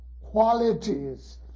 qualities